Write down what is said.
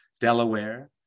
Delaware